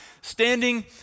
standing